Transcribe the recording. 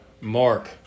Mark